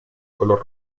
color